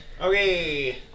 Okay